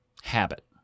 habit